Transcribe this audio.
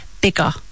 bigger